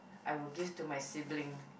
I would give to my sibling